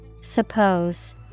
Suppose